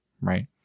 Right